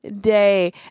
day